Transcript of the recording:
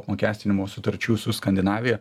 apmokestinimo sutarčių su skandinavija